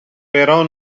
però